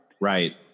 Right